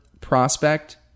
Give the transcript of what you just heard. prospect